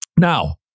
Now